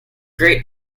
great